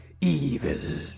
Evil